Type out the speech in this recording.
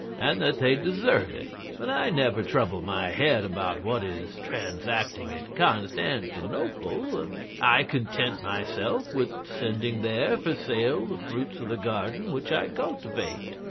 and that they deserve it but i never trouble my head about what is transacting at constantinople um i content myself with sending there for sale the fruits of the garden which i cultivate.